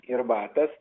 ir vadas